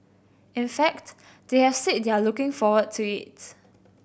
in fact they have said they are looking forward to its